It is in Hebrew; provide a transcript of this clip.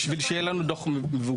כדי שיהיה לנו דוח מבוקר,